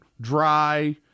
dry